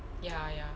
ya ya